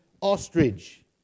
ostrich